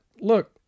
Look